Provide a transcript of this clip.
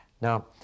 Now